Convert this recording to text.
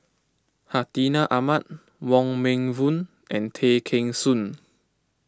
Hartinah Ahmad Wong Meng Voon and Tay Kheng Soon